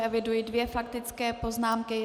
Eviduji dvě faktické poznámky.